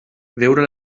veure